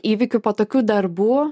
įvykių po tokių darbų